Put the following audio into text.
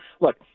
Look